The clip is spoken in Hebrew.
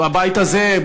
בבית הזה,